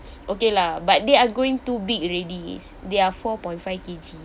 okay lah but they are growing too big already is they are four point five kg